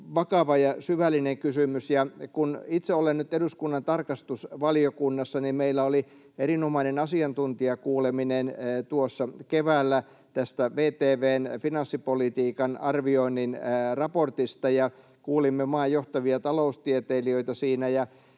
vakava ja syvällinen kysymys, ja kun itse olen nyt eduskunnan tarkastusvaliokunnassa, niin meillä oli erinomainen asiantuntijakuuleminen tuossa keväällä VTV:n finanssipolitiikan arvioinnin raportista. Kuulimme maan johtavia taloustieteilijöitä siinä,